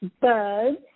birds